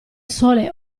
sole